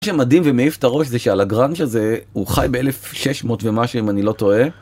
שמדהים ומעיף את הראש זה שהלגראנז׳ הזה הוא חי ב־1600 ומשהו אם אני לא טועה.